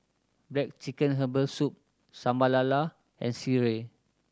black chicken herbal soup Sambal Lala and sireh